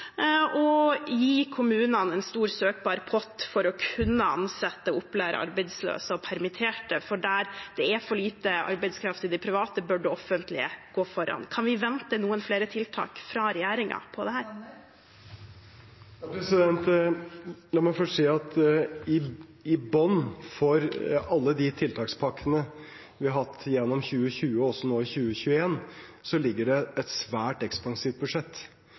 gi kommunene en stor søkbar pott for å kunne ansette og lære opp arbeidsløse og permitterte, for der det er for lite arbeidskraft i det private, bør det offentlige gå foran. Kan vi vente noen flere tiltak fra regjeringen på dette? La meg først si at i bunnen for alle de tiltakspakkene vi har hatt gjennom 2020 og også nå i 2021, ligger det et svært ekspansivt budsjett.